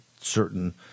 certain